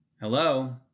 Hello